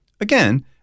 Again